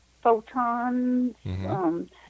photons